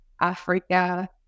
Africa